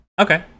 Okay